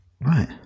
Right